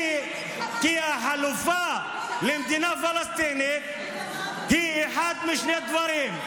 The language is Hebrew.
כי החלופה למדינה פלסטינית היא אחד משני דברים: